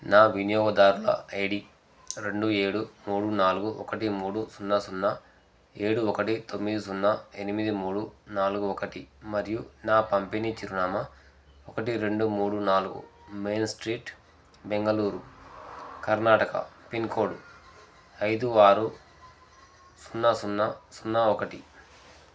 నా వినియోగదారుల ఐడి రెండు ఏడు మూడు నాలుగు ఒకటి మూడు సున్నా సున్నా ఏడు ఒకటి తొమ్మిది సున్నా ఎనిమిది మూడు నాలుగు ఒకటి మరియు నా పంపిణీ చిరునామా ఒకటి రెండు మూడు నాలుగు main street Bengaluru Karnataka pin code ఐదు ఆరు సున్నా సున్నా సున్నా ఒకటి